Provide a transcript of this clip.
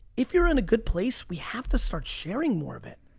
if you're in a good place, we have to start sharing more of it.